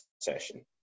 session